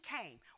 came